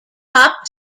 pop